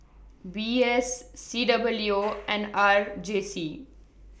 V S C W and R J C